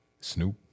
Snoop